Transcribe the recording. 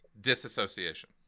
disassociation